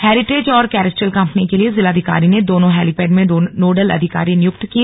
heritage और Kestrel company के लिए जिलाधिकारी ने दोनों हेलीपैड में नोडल अधिकारी नियुक्त किए